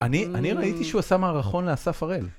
אני ראיתי שהוא עשה מערכון לאסף הראל